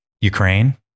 Ukraine